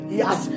yes